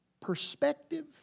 perspective